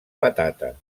patata